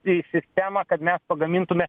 į sistemą kad mes pagamintume